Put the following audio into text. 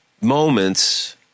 moments